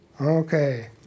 Okay